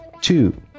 Two